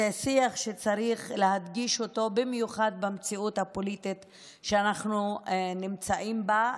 זה שיח שצריך להדגיש אותו במיוחד במציאות הפוליטית שאנחנו נמצאים בה,